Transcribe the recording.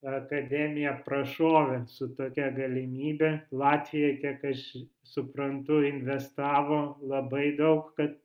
akademija prašovė su tokia galimybe latvija kiek aš suprantu investavo labai daug kad